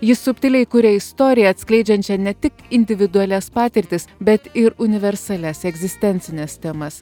jis subtiliai kuria istoriją atskleidžiančią ne tik individualias patirtis bet ir universalias egzistencines temas